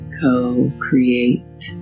co-create